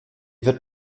wird